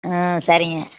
ஆ சரிங்க